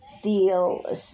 feel